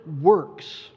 works